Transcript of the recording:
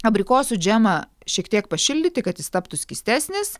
abrikosų džemą šiek tiek pašildyti kad jis taptų skystesnis